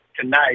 tonight